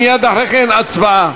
ומייד אחרי כן הצבעה.